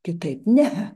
kitaip ne